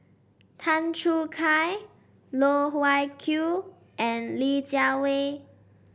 Tan Choo Kai Loh Wai Kiew and Li Jiawei